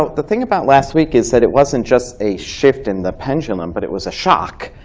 the thing about last week is that it wasn't just a shift in the pendulum, but it was a shock.